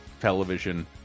television